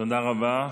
תודה רבה.